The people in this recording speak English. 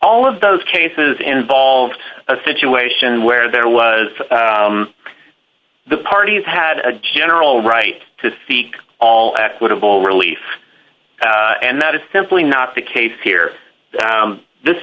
all of those cases involved a situation where there was the parties had a general right to seek all equitable relief and that is simply not the case here this